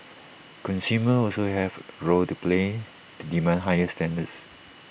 consumers also have A rolled to play to demand higher standards